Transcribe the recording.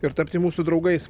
ir tapti mūsų draugais